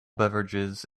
beverages